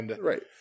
Right